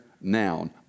noun